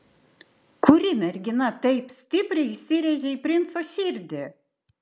kuri mergina taip stipriai įsirėžė į princo širdį